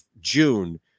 June